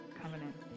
covenant